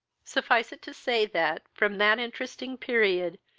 suffice it to say, that, from that interesting period,